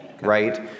right